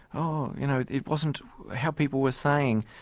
oh. you know it wasn't how people were saying.